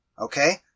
Okay